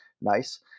nice